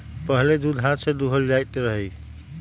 पहिले दूध के हाथ से दूहल जाइत रहै